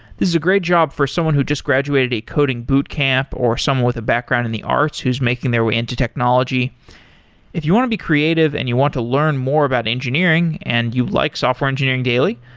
this is a great job for someone who just graduated a coding boot camp, or someone with a background in the arts who's making their way into technology if you want to be creative and you want to learn more about engineering and you like software engineering daily,